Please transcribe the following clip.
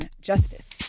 justice